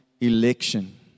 Election